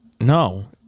No